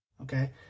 okay